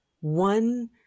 one